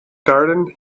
garden